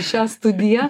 šią studiją